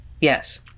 Yes